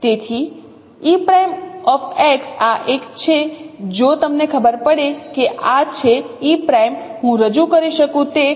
તેથી e'X આ એક છે જો તમને ખબર પડે કે આ છે e' હું રજૂ કરી શકું તે e'X મેળવી શકું છું